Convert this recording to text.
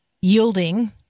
yielding